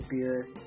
beer